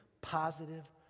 positive